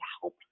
help